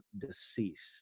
deceased